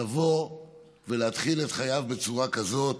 לבוא ולהתחיל את חייו בצורה כזאת,